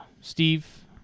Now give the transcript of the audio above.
Steve